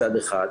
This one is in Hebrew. מצד אחד,